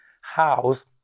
house